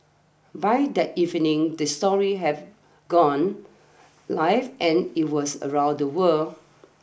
by that evening the story have gone live and it was around the world